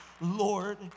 Lord